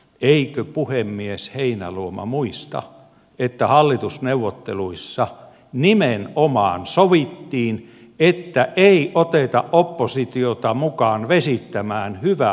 eikö puhemies heinäluoma muista että hallitusneuvotteluissa nimenomaan sovittiin että ei oteta oppositiota mukaan vesittämään hyvää hanketta